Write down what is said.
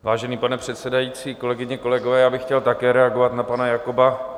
Vážený pane předsedající, kolegyně, kolegové, já bych chtěl také reagovat na pana Jakoba.